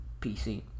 PC